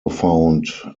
found